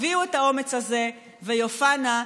הביאו את האומץ הזה ויופיע נא,